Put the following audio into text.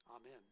Amen